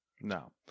No